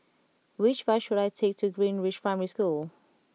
which bus should I take to Greenridge Primary School